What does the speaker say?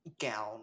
gown